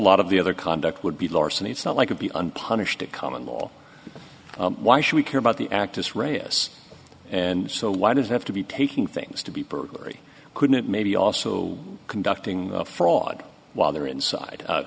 lot of the other conduct would be larceny it's not like to be unpunished at common law why should we care about the actus reus and so why does it have to be taking things to be burglary couldn't maybe also conducting fraud while they're inside